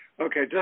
Okay